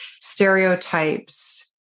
stereotypes